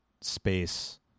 space